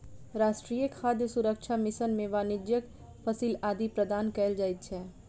राष्ट्रीय खाद्य सुरक्षा मिशन में वाणिज्यक फसिल आदि प्रदान कयल जाइत अछि